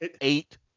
eight